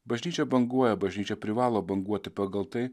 bažnyčia banguoja bažnyčia privalo banguoti pagal tai